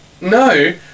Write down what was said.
No